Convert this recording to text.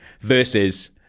versus